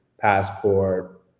passport